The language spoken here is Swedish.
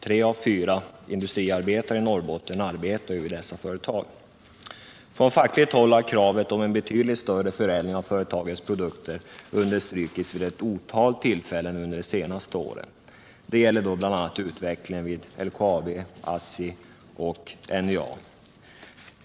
Tre av fyra industriarbetare i Norrbotten arbetar i dessa företag. Från fackligt håll har kravet på en betydligt större förädling av företagens produkter understrukits vid ett otal tillfällen under de senaste åren. Det har skett bl.a. när utvecklingen vid LKAB, ASSI och NJA har diskuterats.